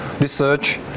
research